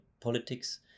politics